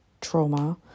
trauma